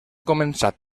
començat